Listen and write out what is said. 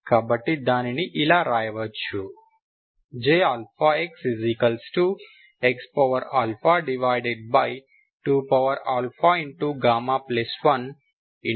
కాబట్టి దానిని ఇలా రాయవచ్చు J x2α1 1m1 1mx2m22mm